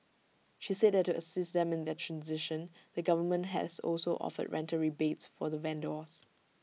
she said that to assist them in their transition the government has also offered rental rebates for the vendors